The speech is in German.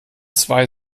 zwei